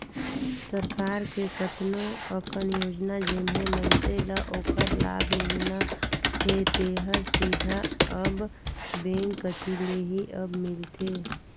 सरकार के कतनो अकन योजना जेम्हें मइनसे ल ओखर लाभ मिलना हे तेहर सीधा अब बेंक कति ले ही अब मिलथे